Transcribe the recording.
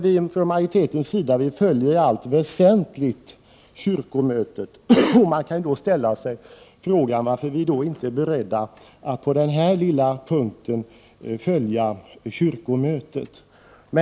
Vi från majoritetens sida följer i allt väsentligt kyrkomötet. Då kan man ställa sig frågan varför vi inte är beredda att på denna lilla punkt följa kyrkomötet.